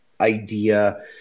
idea